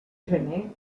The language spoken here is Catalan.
gener